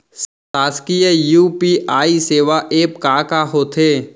शासकीय यू.पी.आई सेवा एप का का होथे?